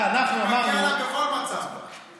זה מגיע לה בכל מצב, בכל מצב.